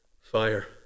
fire